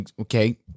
Okay